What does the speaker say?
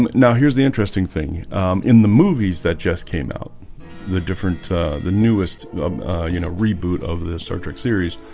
um now here's the interesting thing in the movies that just came out the different the newest you know reboot of the star trek series?